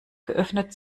geöffnet